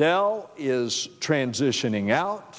dell is transitioning out